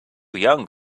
young